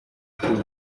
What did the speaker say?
پول